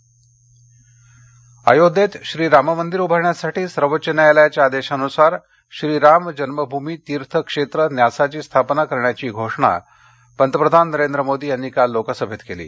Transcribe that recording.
अयोध्या अयोध्येत श्री राम मंदिर उभारण्यासाठी सर्वोच्च न्यायालयाच्या आदेशानुसार श्री राम जन्मभूमी तीर्थ क्षेत्र न्यासाची स्थापना करण्याची घोषणा पंतप्रधान नरेंद्र मोदी यांनी काल लोकसभेत केली